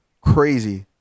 crazy